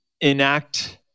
enact